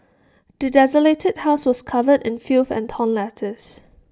the desolated house was covered in filth and torn letters